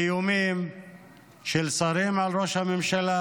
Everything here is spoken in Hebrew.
איומים של שרים על ראש הממשלה,